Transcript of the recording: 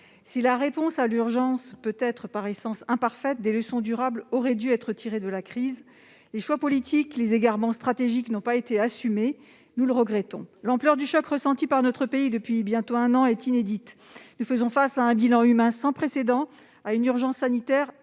si la réponse à l'urgence peut, par essence, être imparfaite, des leçons durables auraient dû être tirées de la crise. Les choix politiques, les égarements stratégiques n'ont pas été assumés ; nous le regrettons. L'ampleur du choc ressenti par notre pays depuis bientôt un an est inédite. Nous faisons face à un bilan humain sans précédent et à une urgence sanitaire